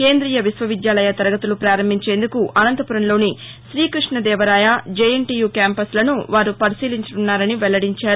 కేందీయ విశ్వవిద్యాలయ తరగతులు పారంభించేందుకు అనంతపురంలోని శ్రీకృష్ణ దేవరాయ జేఎన్టీయూ క్యాంపస్లను వారు పరిశీలించనున్నారని వెల్లడించారు